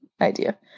idea